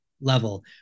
level